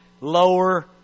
Lower